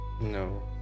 No